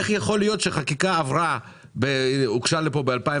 איך יכול להיות שחקיקה הוגשה לפה ב-2017